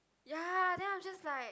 ya then I'm just like